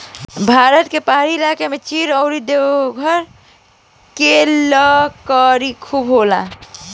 भारत के पहाड़ी इलाका में चीड़ अउरी देवदार के लकड़ी खुबे होला